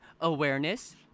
awareness